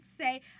say